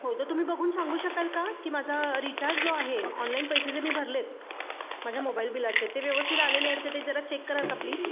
हो तर तुम्ही बघून सांगू शकाल का की माझा रिचार्ज जो आहे ऑनलाईन पैसे जे मी भरले आहेत माझ्या मोबाईल बिलाचे ते व्यवस्थित आलेले आहेत का ते जरा चेक कराल का प्लीज